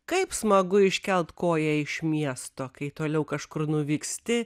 kaip smagu iškelt koją iš miesto kai toliau kažkur nuvyksti